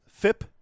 FIP